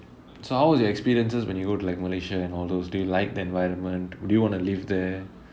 so how was your experiences when you go to like malaysia and all those do you like the environment do you wanna live there